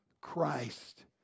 Christ